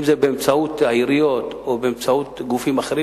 אם זה באמצעות העיריות או באמצעות גופים אחרים,